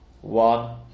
one